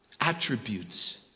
attributes